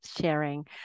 sharing